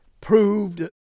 proved